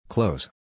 Close